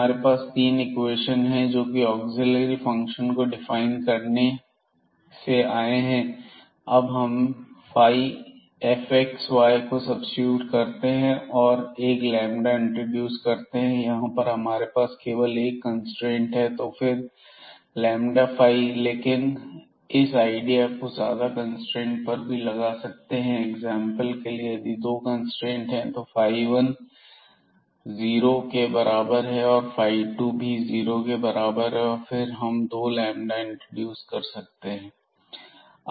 हमारे पास 3 इक्वेशन है जोकि ऑग्ज़ीलियरी फंक्शन को डिफाइन करने से आए हैं अब हम यहां fxy को सब्सीट्यूट करते हैं और एक लैंबदा इंट्रोड्यूस करते हैं यहां पर हमारे पास केवल एक कंस्ट्रेंट है तो फिर λϕxy लेकिन हम इस आइडिया को ज्यादा कंस्ट्रेंट पर भी लगा सकते हैं एग्जांपल के लिए यदि दो कंस्ट्रेंट हैं तो 1xy जीरो के बराबर है और 2xy भी जीरो के बराबर है और फिर हम दो लैंबदा इंट्रोड्यूस कर सकते हैं